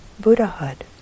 Buddhahood